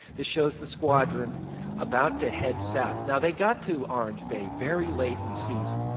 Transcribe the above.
this shows the squadron about to head south. now they got to orange bay very late in the season.